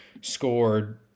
scored